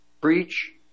preach